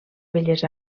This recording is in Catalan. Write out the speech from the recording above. belles